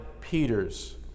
Peter's